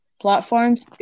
platforms